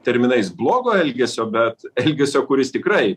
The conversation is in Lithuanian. terminais blogo elgesio bet elgesio kuris tikrai